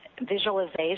visualization